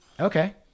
Okay